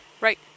right